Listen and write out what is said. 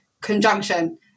conjunction